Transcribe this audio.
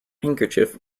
handkerchief